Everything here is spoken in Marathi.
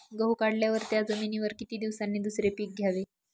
गहू काढल्यावर त्या जमिनीवर किती दिवसांनी दुसरे पीक घ्यावे?